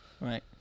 Right